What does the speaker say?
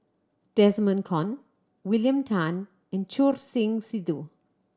Desmond Kon William Tan and Choor Singh Sidhu